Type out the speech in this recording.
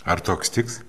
ar toks tiks